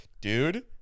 Dude